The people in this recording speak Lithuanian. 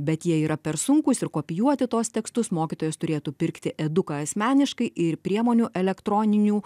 bet jie yra per sunkūs ir kopijuoti tuos tekstus mokytojas turėtų pirkti eduka asmeniškai ir priemonių elektroninių